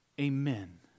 amen